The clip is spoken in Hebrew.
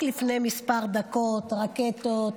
רק לפני כמה דקות רקטות,